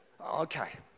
Okay